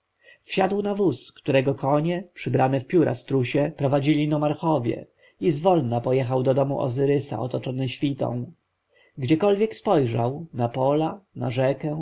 wsiadł na wóz którego konie przybrane w pióra strusie prowadzili nomarchowie i zwolna pojechał do domu ozyrysa otoczony świtą gdziekolwiek spojrzał na pola na rzekę